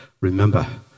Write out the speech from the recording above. Remember